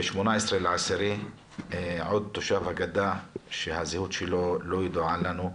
ב-18 באוקטובר עוד תושב הגדה שהזהות שלו לא ידועה לנו,